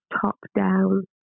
top-down